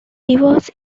divorce